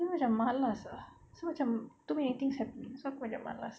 dia macam malas ah so macam too many things happening so macam malas